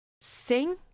sing